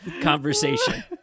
conversation